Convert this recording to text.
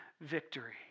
victory